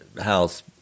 house